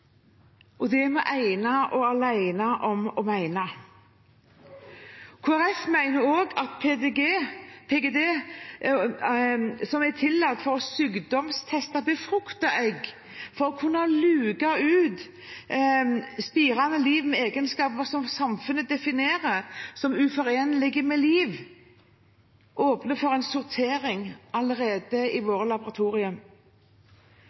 spirende liv med egenskaper som samfunnet definerer som uforenlige med liv, åpner for en sortering allerede i